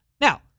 Now